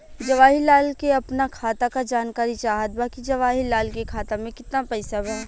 जवाहिर लाल के अपना खाता का जानकारी चाहत बा की जवाहिर लाल के खाता में कितना पैसा बा?